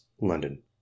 London